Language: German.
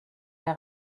der